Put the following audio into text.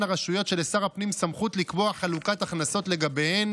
הרשויות שלשר הפנים סמכות לקבוע חלוקת הכנסות לגביהן